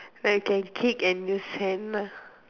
like can kick and use hand ah